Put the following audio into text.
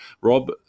rob